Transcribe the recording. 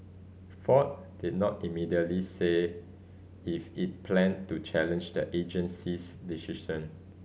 Ford did not immediately say if it planned to challenge the agency's decision